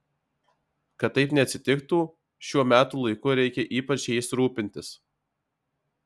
kad taip neatsitiktų šiuo metų laiku reikia ypač jais rūpintis